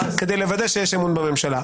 כדי לוודא שיש אמון בממשלה.